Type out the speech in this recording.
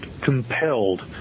compelled